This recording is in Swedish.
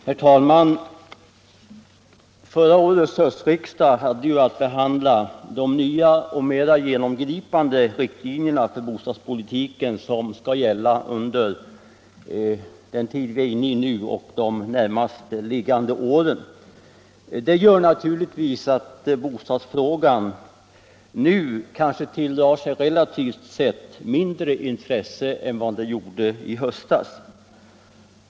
Herr talman! Förra årets höstriksdag behandlade nya och mer genomgripande riktlinjer för bostadspolitiken som numera gäller och som skall gälla för de närmast framförliggande åren. Detta gör naturligtvis att bostadsfrågan nu tilldrar sig ett relativt sett mindre intresse än i höstas.